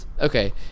Okay